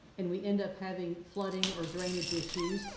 and we end up having flooding or drainage issues,